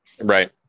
Right